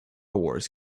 wars